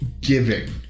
giving